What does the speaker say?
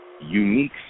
unique